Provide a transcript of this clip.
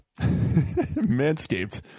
Manscaped